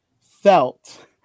felt